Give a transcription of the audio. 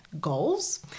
goals